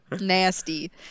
nasty